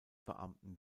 beamten